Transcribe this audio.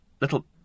little